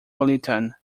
burlington